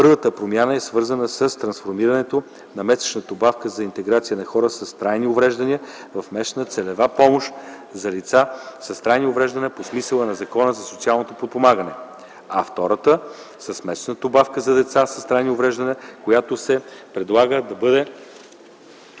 Първата промяна е свързана с трансформирането на месечната добавка за интеграцията на хората с трайни увреждания в месечна целева помощ за лица с трайни увреждания по смисъла на Закона за социалното подпомагане, а втората – с месечната добавка за деца с трайни увреждания, която се предлага да бъде